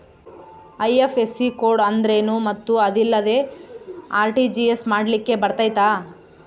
IFSC code ಅಂದ್ರೇನು ಮತ್ತು ಅದಿಲ್ಲದೆ ಆರ್.ಟಿ.ಜಿ.ಎಸ್ ಮಾಡ್ಲಿಕ್ಕೆ ಬರ್ತೈತಾ?